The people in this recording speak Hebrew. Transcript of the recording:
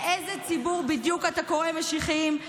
לאיזה ציבור בדיוק אתה קורא "משיחיים"